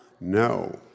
No